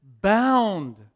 bound